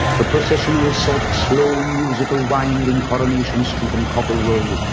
the processional salt slow musical wind in coronation street and cockle row,